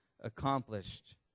accomplished